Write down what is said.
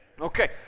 Okay